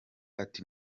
ati